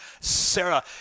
Sarah